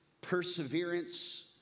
perseverance